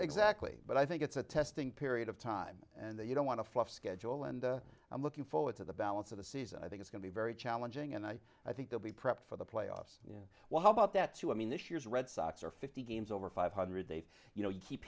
exactly but i think it's a testing period of time and they don't want to fluff schedule and i'm looking forward to the balance of the season i think it's going to be very challenging and i think they'll be prepped for the playoffs you know well how about that too i mean this year's red sox are fifty games over five hundred they've you know you keep